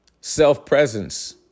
self-presence